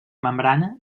membrana